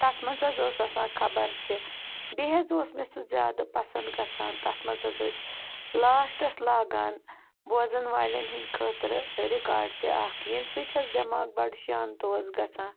تَتھ منٛز حظ ٲس آسان خبر تہِ بیٚیہِ حظ اوس مےٚ سُہ زیادٕ پَسنٛد گژھان تَتھ منٛز حظ ٲسۍ لاسٹَس لاگان بوزَن والٮ۪ن ہِنٛدۍ خٲطرٕ رِکاڈ تہِ اَکھ ییٚمہِ سۭتۍ حظ دٮ۪ماغ بَڑٕ شانتہٕ اوس گژھان